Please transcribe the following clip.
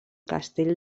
castell